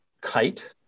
kite